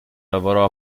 lavorò